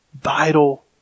vital